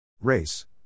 Race